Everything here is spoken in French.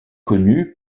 connue